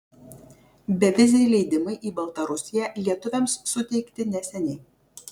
beviziai leidimai į baltarusiją lietuviams suteikti neseniai